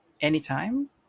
anytime